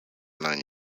nine